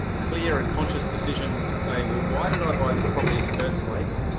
clear and conscious decision to say, well why did i buy this property in the first place?